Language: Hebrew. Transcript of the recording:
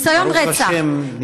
נרצחת, ברוך השם.